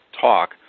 talk